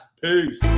peace